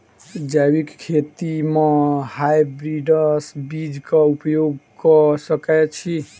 जैविक खेती म हायब्रिडस बीज कऽ उपयोग कऽ सकैय छी?